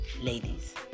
ladies